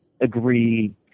agree